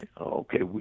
Okay